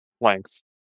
length